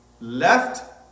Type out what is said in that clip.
left